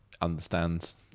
understands